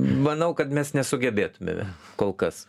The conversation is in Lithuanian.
manau kad mes nesugebėtumėme kol kas